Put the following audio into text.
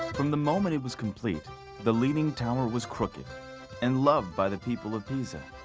from the moment it was complete the leaning tower was crooked and loved by the people of pisa.